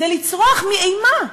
זה לצרוח מאימה.